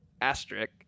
asterisk